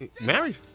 Married